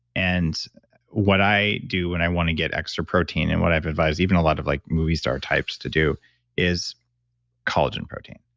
and what i do when i want to get extra protein and what i've advised to even a lot of like movie star types to do is collagen protein.